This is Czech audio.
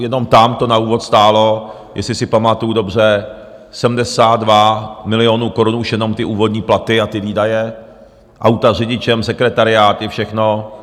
Jenom tam to na úvod stálo, jestli si pamatuju dobře, 72 milionů korun, už jenom ty úvodní platy a ty výdaje, auta s řidičem, sekretariáty, všechno.